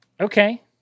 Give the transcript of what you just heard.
Okay